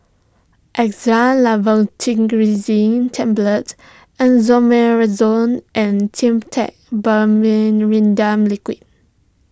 Xyzal Levocetirizine Tablets Esomeprazole and Dimetapp Liquid